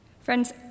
Friends